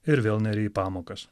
ir vėl neri į pamokas